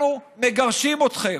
אנחנו מגרשים אתכם,